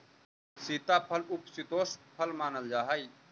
सीताफल उपशीतोष्ण फल मानल जा हाई